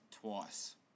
twice